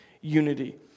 unity